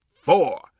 four